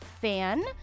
fan